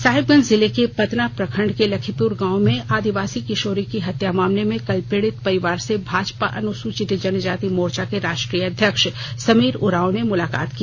साहिबगंज जिले के पतना प्रखंड के लखीपुर गांव में आदिवासी किशोरी की हत्या मामले में कल पीड़ित परिवार से भाजपा अनुसूचित जनजाति मोर्चा के राष्ट्रीय अध्यक्ष समीर उरांव ने मुलाकात की